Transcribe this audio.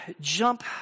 jump